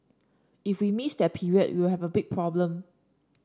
if we miss that period we will have a big problem